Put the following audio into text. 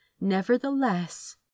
nevertheless